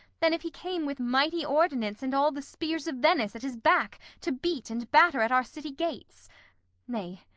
than if he came with mighty ordonnance, and all the spears of venice at his back, to beat and batter at our city gates nay,